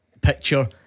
Picture